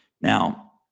Now